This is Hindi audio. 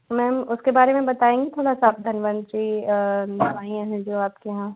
मैम उसके बारे में बताएँगी थोड़ा सा धन्वंतरि दवाइयाँ जो हैं आपके यहाँ